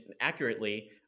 accurately